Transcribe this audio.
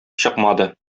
чыкмады